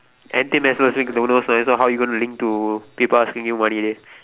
anything next don't know then how you gonna link to people asking you money dey